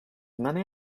many